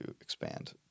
expand